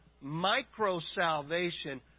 micro-salvation